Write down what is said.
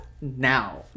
now